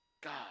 God